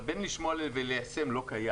אבל בין לשמוע לבין ליישם יש הבדל.